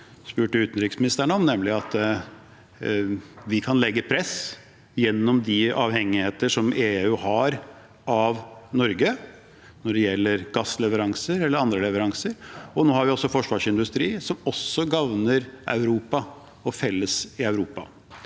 spurte utenriksministeren om, nemlig at vi kan legge press gjennom de avhengigheter som EU har av Norge, når det gjelder gassleveranser eller andre leveranser. Nå har vi også forsvarsindustri, som også gagner Europa og er felles i Europa.